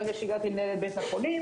ברגע שהגעתי לנהל את בית החולים,